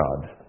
God